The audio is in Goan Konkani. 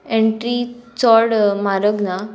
एंट्री चोड म्हारग ना